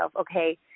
okay